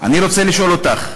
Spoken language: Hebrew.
אני רוצה לשאול אותך,